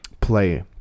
play